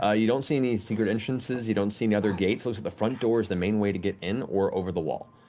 ah you don't see any secret entrances, you don't see any other gates. looks like the front door is the main way to get in, or over the wall.